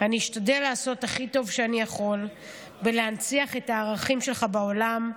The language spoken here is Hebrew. אני אשתדל לעשות הכי טוב שאני יכול ולהנציח את הערכים שלך בעולם,